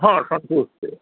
हॅं सब किछु छै